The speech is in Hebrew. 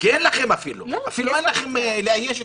אפילו אין לכם לאיוש.